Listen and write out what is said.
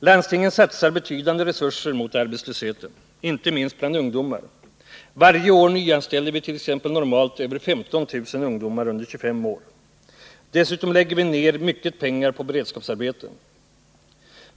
Landstingen satsar betydande resurser mot arbetslösheten, inte minst bland ungdomar. Varje år nyanställer vi normalt mer än 15 000 ungdomar under 25 år. Dessutom lägger vi ner mycket pengar på beredskapsarbeten.